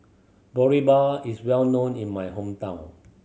boribap is well known in my hometown